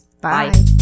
Bye